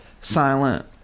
silent